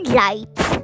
lights